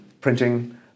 printing